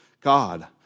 God